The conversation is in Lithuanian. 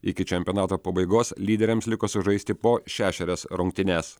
iki čempionato pabaigos lyderiams liko sužaisti po šešerias rungtynes